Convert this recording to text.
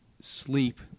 Sleep